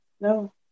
no